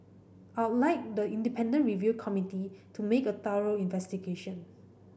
I'll like the independent review committee to make a thorough investigation